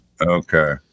Okay